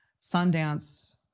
Sundance